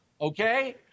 Okay